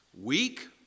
Weak